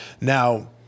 now